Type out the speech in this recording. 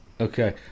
Okay